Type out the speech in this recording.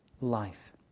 life